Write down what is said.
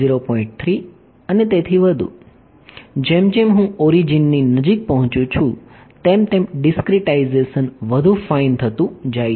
3 અને તેથી વધુ જેમ જેમ હું ઓરિજિન ની નજીક પહોંચું છું તેમ ડીસ્ક્રીટાઇઝેશન વધુ ફાઇન થતું જાય છે